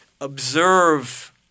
observe